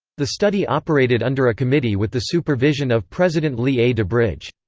the study operated under a committee with the supervision of president lee a. dubridge.